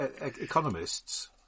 economists